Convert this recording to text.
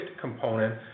component